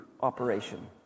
operation